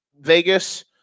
Vegas